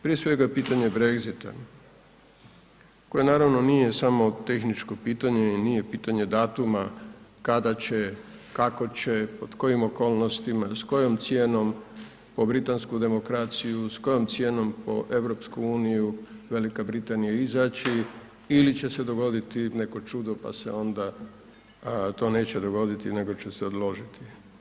Prije svega pitanje Brexita koje naravno nije samo tehničko pitanje i nije pitanje datuma kada će, kako će, pod kojim okolnostima, s kojom cijenom po britansku demokraciju, s kojom cijenom po EU, Velika Britanija izaći ili će se dogoditi neko čudo pa se onda to neće dogoditi nego će se odložiti.